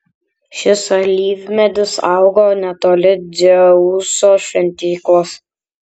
šis alyvmedis augo netoli dzeuso šventyklos